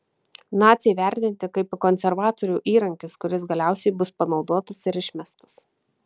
naciai vertinti kaip konservatorių įrankis kuris galiausiai bus panaudotas ir išmestas